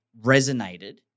resonated